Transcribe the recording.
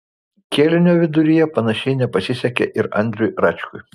kėlinio viduryje panašiai nepasisekė ir andriui račkui